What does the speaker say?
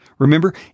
Remember